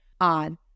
on